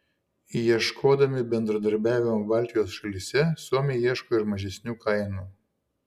ieškodami bendradarbiavimo baltijos šalyse suomiai ieško ir mažesnių kainų